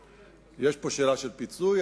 יש פה שאלה של פיצוי,